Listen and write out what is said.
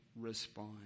respond